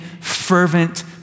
fervent